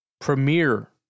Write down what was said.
premier